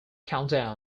countdown